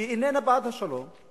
היא איננה בעד השלום,